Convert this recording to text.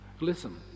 Listen